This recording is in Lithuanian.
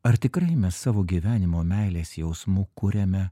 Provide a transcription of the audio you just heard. ar tikrai mes savo gyvenimo meilės jausmu kuriame